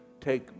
take